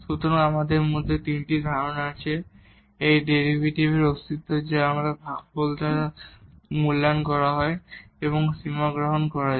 সুতরাং আমাদের কাছে মূলত তিনটি ধারণা আছে এই ডেরিভেটিভের অস্তিত্ব যা এই ভাগফল দ্বারা মূল্যায়ন করা হয় এবং সীমা গ্রহণ করা হয়